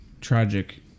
tragic